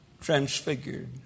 Transfigured